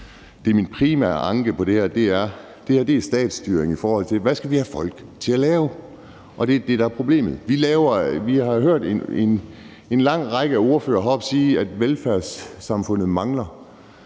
Min primære anke mod det her er, at det er statsstyring, i forhold til hvad vi skal have folk til at lave, og det er det, der er problemet. Vi har hørt en lang række af ordførere heroppe sige, at velfærdssamfundet mangler.